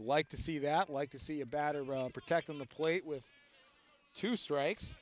like to see that like to see a bat around protecting the plate with two strikes